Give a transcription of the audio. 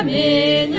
um a